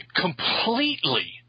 Completely